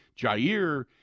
Jair